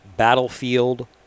Battlefield